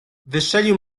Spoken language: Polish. wystrzelił